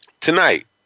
tonight